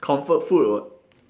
comfort food [what]